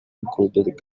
included